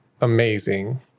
amazing